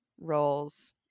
roles